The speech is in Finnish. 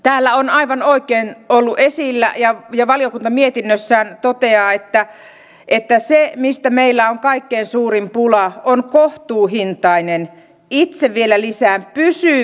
täällä on aivan oikein ollut esillä ja valiokunta mietinnössään toteaa että se mistä meillä on kaikkein suurin pula on kohtuuhintaiset itse vielä lisään